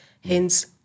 hence